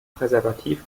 präservativ